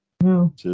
no